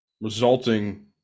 resulting